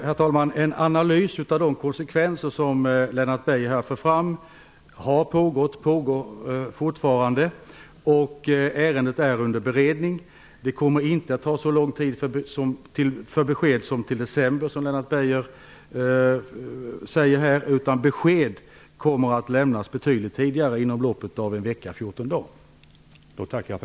Herr talman! En analys av de konsekvenser som Lennart Beijer här för fram har pågått och pågår fortfarande. Ärendet är under beredning. Beskedet kommer inte att dröja så lång tid som till december, som Lennart Beijer säger, utan besked kommer att lämnas betydligt tidigare - inom loppet av en vecka, fjorton dagar.